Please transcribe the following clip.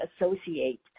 associate